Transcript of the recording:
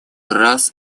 раз